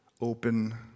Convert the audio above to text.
open